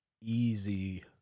easy